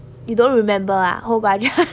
you don't remember ah how about you